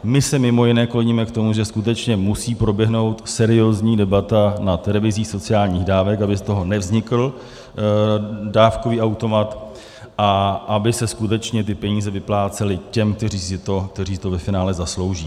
My se mimo jiné kloníme k tomu, že skutečně musí proběhnout seriózní debata nad revizí sociálních dávek, aby z toho nevznikl dávkový automat a aby se skutečně ty peníze vyplácely těm, kteří si to ve finále zaslouží.